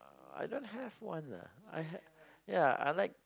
I don't have one lah I had yeah I like